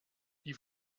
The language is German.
die